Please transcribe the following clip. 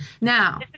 now